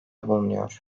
bulunuyor